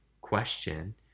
question